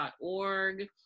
org